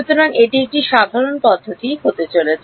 সুতরাং এটি একটি সাধারণ পদ্ধতি হতে চলেছে